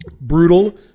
Brutal